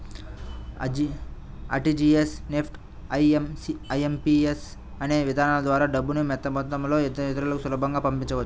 RTGS, NEFT, IMPS అనే విధానాల ద్వారా డబ్బుని పెద్దమొత్తంలో ఇతరులకి సులభంగా పంపించవచ్చు